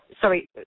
sorry